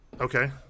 Okay